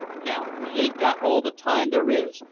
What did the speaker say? now we ain't got all the time there is,